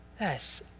Yes